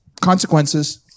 Consequences